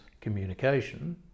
communication